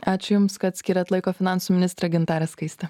ačiū jums kad skyrėt laiko finansų ministrė gintarė skaistė